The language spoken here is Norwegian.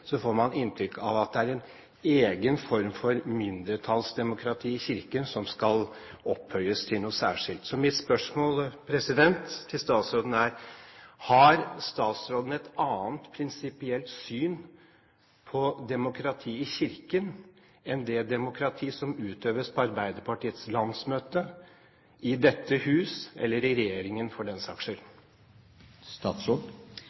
får man inntrykk av at det er en egen form for mindretallsdemokrati i Kirken som skal opphøyes til noe særskilt. Så mitt spørsmål til statsråden er: Har statsråden et annet prinsipielt syn på demokrati i Kirken enn det demokrati som utøves på Arbeiderpartiets landsmøte, i dette hus, eller i regjeringen, for den saks